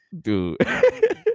Dude